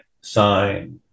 sign